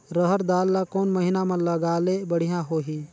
रहर दाल ला कोन महीना म लगाले बढ़िया होही?